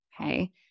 Okay